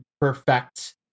perfect